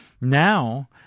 Now